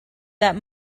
that